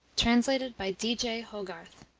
translated by d. j. hogarth